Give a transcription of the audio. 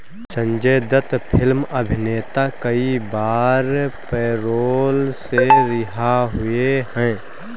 Sanjay Dutt film अभिनेता कई बार पैरोल से रिहा हुए हैं